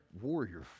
warrior